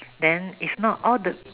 then if not all the